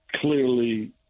clearly